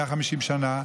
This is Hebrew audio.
150 שנה,